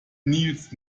nils